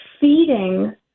feeding